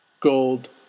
GOLD